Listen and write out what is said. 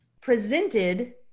presented